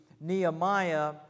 Nehemiah